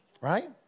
right